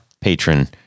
patron